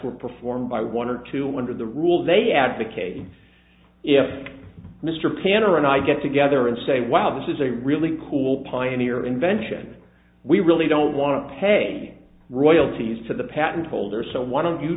were performed by one or two hundred the rules they advocated if mr cantor and i get together and say wow this is a really cool pioneer invention we really don't want to pay royalties to the patent holder so why don't you